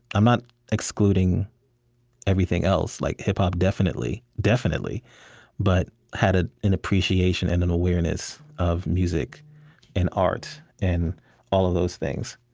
i'm not excluding everything else like hip-hop definitely, definitely but had ah an appreciation and an awareness of music and art and all of those things.